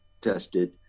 tested